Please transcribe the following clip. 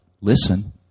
listen